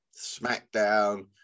SmackDown